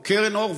או קרן אור,